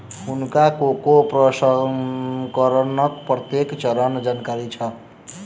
हुनका कोको प्रसंस्करणक प्रत्येक चरणक जानकारी छल